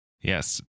Yes